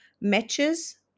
matches